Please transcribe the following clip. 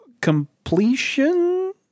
completion